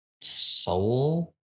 soul